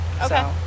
Okay